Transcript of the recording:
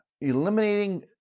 eliminating